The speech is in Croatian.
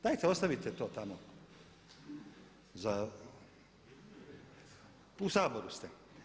Dajte ostavite to tamo za, u Saboru ste.